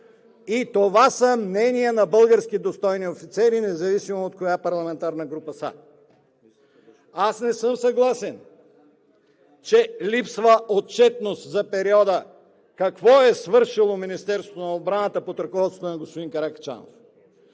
И това са мнения на български достойни офицери, независимо от коя парламентарна група са. Не съм съгласен, че липсва отчетност за периода какво е свършило Министерството на отбраната под ръководството на господин Каракачанов.